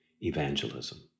evangelism